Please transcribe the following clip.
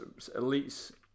elites